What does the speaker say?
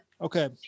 Okay